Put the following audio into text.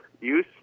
use